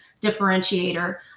differentiator